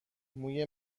موی